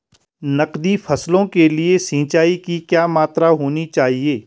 नकदी फसलों के लिए सिंचाई की क्या मात्रा होनी चाहिए?